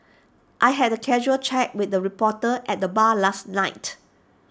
I had A casual chat with A reporter at the bar last night